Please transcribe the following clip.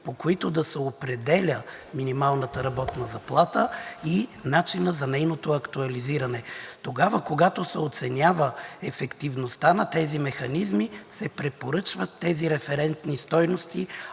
по които да се определя минималната работна заплата и начинът за нейното актуализиране. Тогава, когато се оценява ефективността на тези механизми, те препоръчват тези референтни стойности,